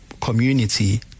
community